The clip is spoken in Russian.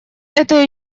этой